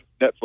Netflix